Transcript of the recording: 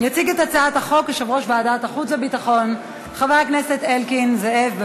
יציג את הצעת החוק יושב-ראש ועדת החוץ והביטחון חבר הכנסת אלקין זאב.